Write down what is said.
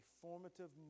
formative